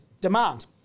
demand